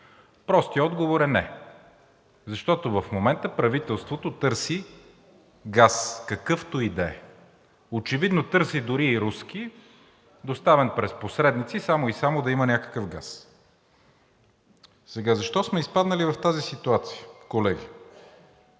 Простият отговор е не. Защото в момента правителството търси газ, какъвто и да е. Очевидно търси дори и руски, доставен през посредници, само и само да има някакъв газ. Защо сме изпаднали в тази ситуация, колеги?